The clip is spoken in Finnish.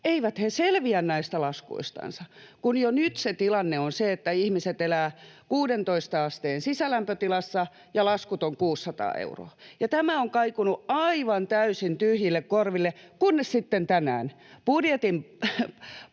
ei selviä näistä laskuistansa, kun jo nyt tilanne on se, että ihmiset elävät 16 asteen sisälämpötilassa ja laskut ovat 600 euroa. Tämä on kaikunut aivan täysin tyhjille korville, kunnes sitten tänään budjetin